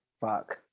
Fuck